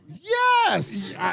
Yes